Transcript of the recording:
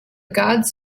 gods